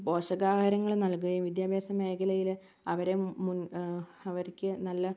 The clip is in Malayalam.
പോഷകാഹാരങ്ങള് നൽകുകയും വിദ്യാഭ്യാസ മേഖലയില് അവരെ മുൻ അവർക്ക് നല്ല